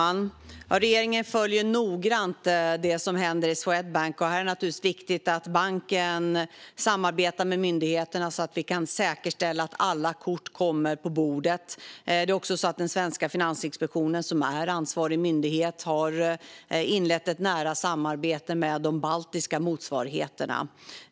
Fru talman! Regeringen följer noggrant det som händer i Swedbank. Det är naturligtvis viktigt att banken samarbetar med myndigheterna så att vi kan säkerställa att alla kort kommer upp på bordet. Den svenska Finansinspektionen, som är ansvarig myndighet, har också inlett ett nära samarbete med de baltiska motsvarigheterna.